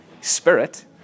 Spirit